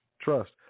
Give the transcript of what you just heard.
trust